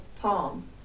palm